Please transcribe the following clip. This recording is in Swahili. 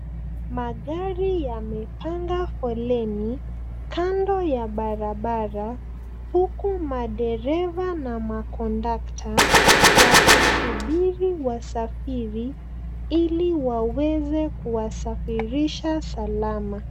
Magari yamepanga foleni kando ya barabara huku madereva na makondakta wakisubiri wasafiri ili waweze kuwasafirisha salama.